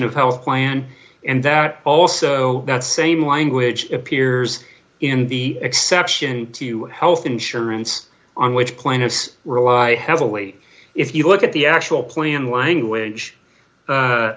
of health plan and that also that same language appears in the exception to health insurance on which plaintiffs rely heavily if you look at the actual plan language